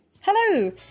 Hello